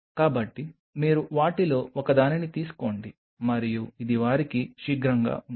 కాబట్టి మీరు వాటిలో ఒకదానిని తీసుకోండి మరియు ఇది వారికి శీఘ్రంగా ఉంటుంది